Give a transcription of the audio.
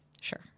sure